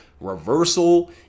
reversal